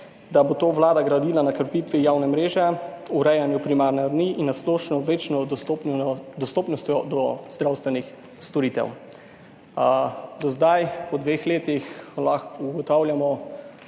da bo to Vlada gradila na krepitvi javne mreže, urejanju primarne ravni in na splošno večjo dostopnostjo do zdravstvenih storitev. Do zdaj po dveh letih lahko ugotavljamo